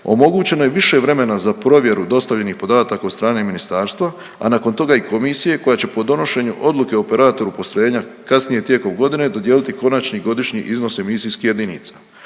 omogućeno je više vremena za provjeru dostavljenih podataka od strane ministarstva, a nakon toga i komisije koja će po donošenju odluke operatoru postrojenja kasnije tijekom godine dodijeliti konačni godišnji iznos emisijskih jedinica,